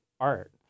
art